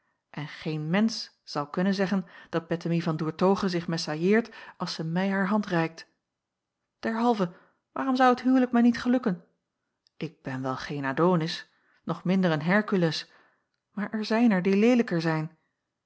en geen mensch zal kunnen zeggen dat bettemie van doertoghe zich mesalliëert als zij mij haar hand reikt derhalve waarom zou het huwelijk mij niet gelukken ik ben wel geen adonis nog minder een herkules maar er zijn er die leelijker zijn